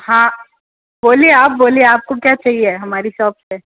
हाँ बोलिए आप बोलिए आपको क्या चाहिए हमारी शॉप से